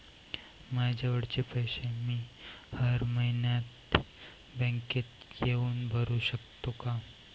मायाजवळचे पैसे मी हर मइन्यात बँकेत येऊन भरू सकतो का?